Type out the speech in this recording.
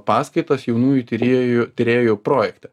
paskaitas jaunųjų tyrėjų tyrėjų projekte